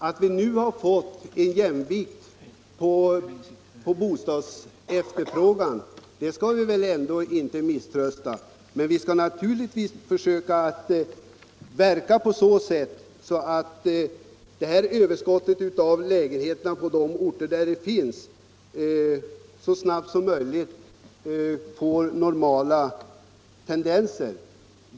När vi nu har fått jämvikt i bostadsefterfrågan bör vi väl inte misströsta, men vi skall naturligtvis försöka verka för att överskottet på lägenheter så snabbt som möjligt får normala proportioner.